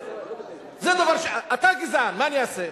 אתה גזען, מה אני אעשה?